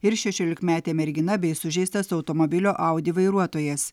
ir šešiolikmetė mergina bei sužeistas automobilio audi vairuotojas